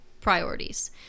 priorities